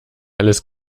alles